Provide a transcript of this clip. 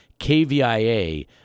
KVIA